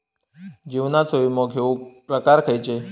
जीवनाचो विमो घेऊक प्रकार खैचे?